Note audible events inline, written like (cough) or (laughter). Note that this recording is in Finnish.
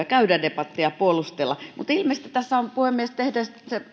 (unintelligible) käydä debattia ja puolustella mutta ilmeisesti tässä on puhemies se